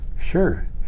sure